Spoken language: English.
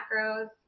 macros